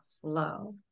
flow